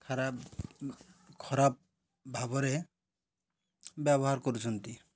ଖରାପ ଖରାପ ଭାବରେ ବ୍ୟବହାର କରୁଛନ୍ତି